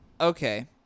Okay